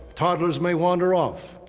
toddlers may wander off,